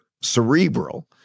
cerebral